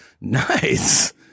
nice